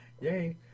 Yay